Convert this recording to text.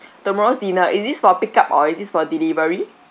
tomorrow's dinner is this for pick up or is this for delivery